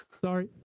Sorry